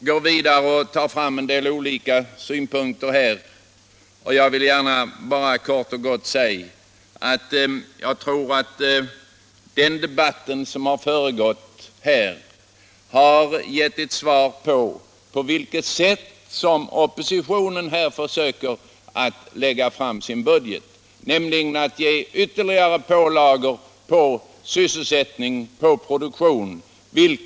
Jag vill bara bemöta hans synpunkter med att kort och gott säga att jag tror att den debatt som förevarit har klargjort på vilket sätt oppositionens budget skulle finansieras, nämligen genom ytterligare pålagor för sysselsättning och produktion.